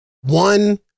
One